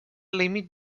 límit